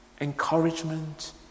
Encouragement